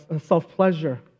self-pleasure